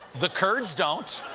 the kurds don't.